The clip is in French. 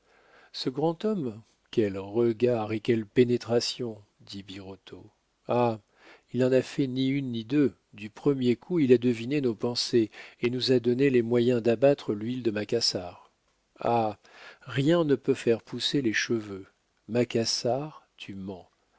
ce grand homme quel regard et quelle pénétration dit birotteau ah il n'en a fait ni une ni deux du premier coup il a deviné nos pensées et nous a donné les moyens d'abattre l'huile de macassar ah rien ne peut faire pousser les cheveux macassar tu mens